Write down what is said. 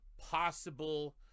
possible